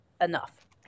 enough